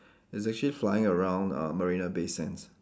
it's actually flying around uh Marina Bay Sands